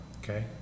Okay